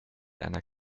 einer